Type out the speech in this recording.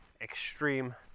extreme